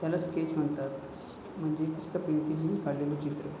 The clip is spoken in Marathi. त्याला स्केच म्हणतात म्हणजे फक्त पेन्सिलने काढलेलं चित्र